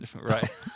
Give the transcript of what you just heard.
Right